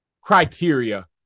criteria